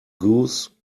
goose